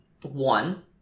One